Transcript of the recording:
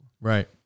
right